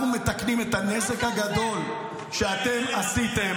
אנחנו מתקנים את הנזק הגדול שאתם עשיתם